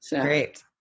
Great